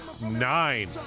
nine